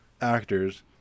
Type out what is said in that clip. actors